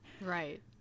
Right